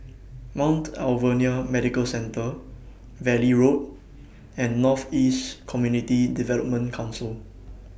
Mount Alvernia Medical Centre Valley Road and North East Community Development Council